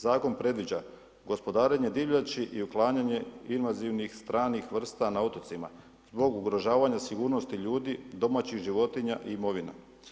Zakon predviđa, gospodarenje divljači i uklanjanje invazivnih stranih vrsta na otocima, zbog ugrožavanja sigurnosti ljudi, domaćih životinja i imovina.